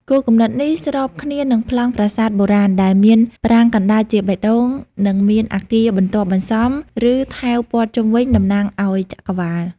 គោលគំនិតនេះស្របគ្នានឹងប្លង់ប្រាសាទបុរាណ ដែលមានប្រាង្គកណ្តាលជាបេះដូង និងមានអគារបន្ទាប់បន្សំ រឺថែវព័ទ្ធជុំវិញ តំណាងឲ្យចក្រវាឡ។